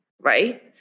Right